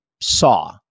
saw